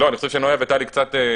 לא, אני חושב שנויה וטלי אולי